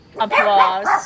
applause